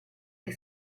che